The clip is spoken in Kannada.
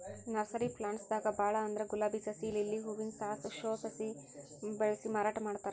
ನರ್ಸರಿ ಪ್ಲಾಂಟ್ಸ್ ದಾಗ್ ಭಾಳ್ ಅಂದ್ರ ಗುಲಾಬಿ ಸಸಿ, ಲಿಲ್ಲಿ ಹೂವಿನ ಸಾಸ್, ಶೋ ಸಸಿ ಬೆಳಸಿ ಮಾರಾಟ್ ಮಾಡ್ತಾರ್